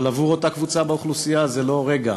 אבל עבור אותה קבוצה באוכלוסייה זה לא רגע,